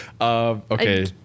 okay